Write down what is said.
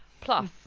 Plus